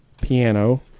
piano